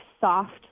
Soft